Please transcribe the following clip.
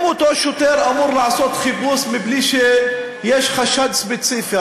אם אותו שוטר אמור לעשות חיפוש מבלי שיש חשד ספציפי,